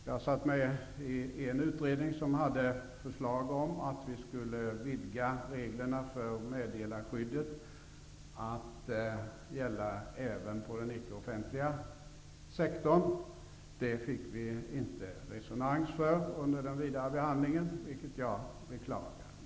Jag satt med i en utredning som hade ett förslag om att vi skulle vidga reglerna för meddelarskyddet till att gälla även på den icke offentliga sektorn. Det fick vi inte resonans för under den vidare behandlingen, vilket jag beklagar.